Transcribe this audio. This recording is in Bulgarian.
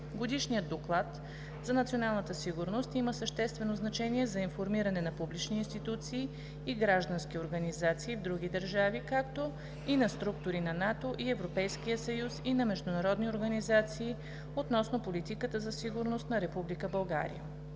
Годишният доклад за националната сигурност има съществено значение за информиране на публични институции и граждански организации в други държави, както и на структури на НАТО и Европейския съюз и на международни организации относно политиката за сигурност на Република България.